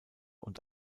und